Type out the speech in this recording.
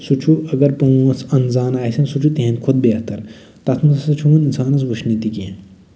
سُہ چھُ اَگر پانٛژھ زانان آسن سُہ چھُ تُہُندِ کھۄتہٕ بہتر تَتھ منٛز ہسا چھُنہٕ اِنسانَس وُچھنہٕ تہِ کیٚنہہ